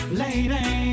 lady